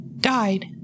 died